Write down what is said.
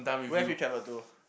where have you travelled to